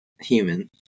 human